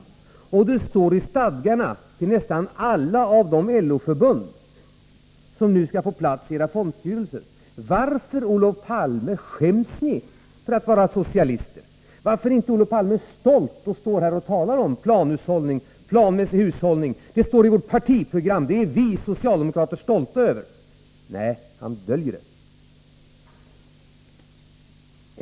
Socialism står i stadgarna till nästan alla de LO-förbund som nu skall få representation i era fondstyrelser. Varför, Olof Palme, skäms ni över att vara socialister? Varför är inte Olof Palme stolt och står här och talar om planmässig hushållning; ”Det står i vårt partiprogram, det är vi socialdemokrater stolta över.” Nej, han döljer det.